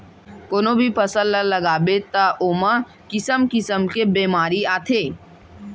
कोनो भी फसल ल लगाबे त ओमा किसम किसम के बेमारी आथे